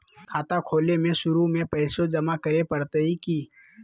खाता खोले में शुरू में पैसो जमा करे पड़तई की?